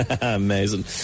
Amazing